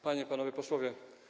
Panie i Panowie Posłowie!